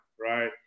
right